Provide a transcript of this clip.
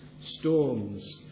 storms